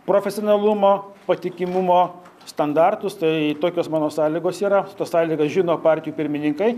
profesionalumo patikimumo standartus tai tokios mano sąlygos yra tas sąlygas žino partijų pirmininkai